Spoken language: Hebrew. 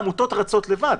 העמותות רצות לבד.